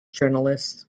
journalist